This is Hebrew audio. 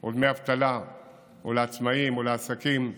או דמי אבטלה לעצמאים או לעסקים,